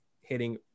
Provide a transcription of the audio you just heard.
hitting